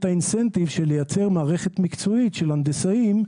התמריץ של לייצר מערכת מקצועית של הנדסאים,